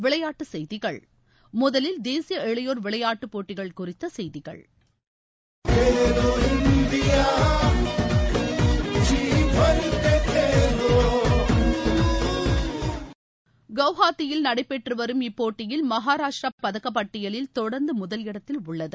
விளையாட்டுச் செய்திகள் முதலில் தேசிய இளையோர் விளையாட்டுப் போட்டிகள் குறித்த செய்திகள் குவாஹாத்தியில் நடைபெற்று வரும் இப்போட்டியில் மகாராஷ்ட்டிரா பதக்கப்பட்டியலில் தொடர்ந்து முதல் இடத்தில் உள்ளது